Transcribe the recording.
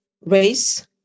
race